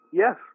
yes